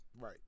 Right